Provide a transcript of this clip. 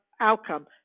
Outcome